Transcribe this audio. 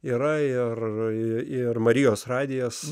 yra ir marijos radijas